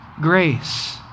Grace